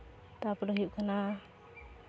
ᱛᱟᱨᱯᱚᱨᱮ ᱦᱩᱭᱩᱜ ᱠᱟᱱᱟ